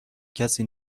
کسی